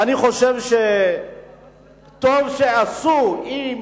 ואני חושב שטוב יעשו אם